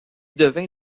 devint